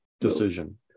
decision